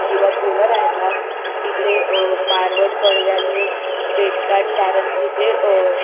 जेव्हा पोळा रहातात तिकडे मारवड बडग्याला पेटवतात कारण की ते